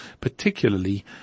Particularly